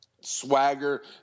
swagger